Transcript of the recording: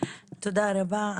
תודה רבה.